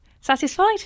Satisfied